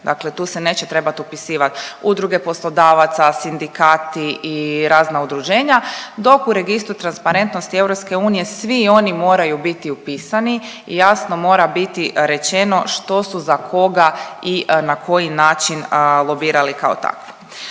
Dakle, tu se neće trebat upisivat udruge poslodavaca, sindikati i razna udruženja dok u Registru transparentnosti EU svi oni moraju biti upisani i jasno mora biti rečeno što su za koga i na koji način lobirali kao takvi.